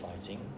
fighting